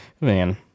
Man